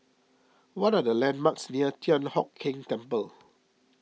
what are the landmarks near Thian Hock Keng Temple